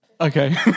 okay